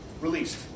released